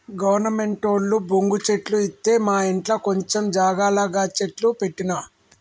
గవర్నమెంటోళ్లు బొంగు చెట్లు ఇత్తె మాఇంట్ల కొంచం జాగల గ చెట్లు పెట్టిన